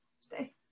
Stay